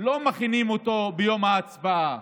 לא מכינים ביום ההצבעה.